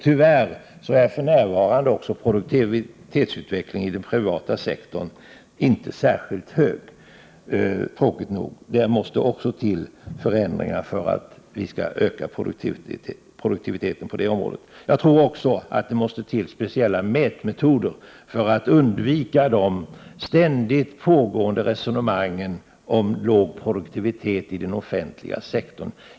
Tyvärr är för närvarande också produktivitetsutvecklingen i den privata sektorn inte särskilt hög, tråkigt nog. Också där måste förändringar till för att öka produktiviteten. Jag tror också att vi måste skaffa speciella mätmetoder för att undvika de ständigt återkommande resonemangen om låg produktivitet i den offentliga sektorn.